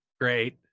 Great